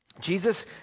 jesus